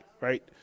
right